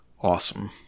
awesome